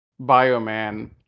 Bioman